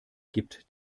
gibt